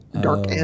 dark